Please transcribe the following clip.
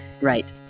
Right